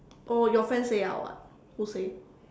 oh your friend say ah or what who say